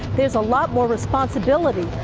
there's a lot more responsibility,